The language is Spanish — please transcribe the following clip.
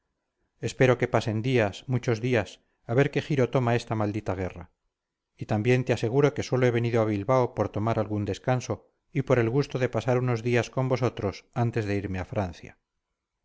espero que pasen días muchos días a ver qué giro toma esta maldita guerra y también te aseguro que sólo he venido a bilbao por tomar algún descanso y por el gusto de pasar unos días con vosotros antes de irme a francia